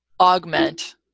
augment